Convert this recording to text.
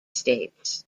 states